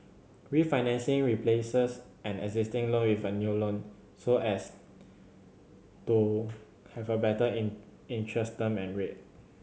refinancing replaces an existing loan with a new loan so as to have a better interest term and rate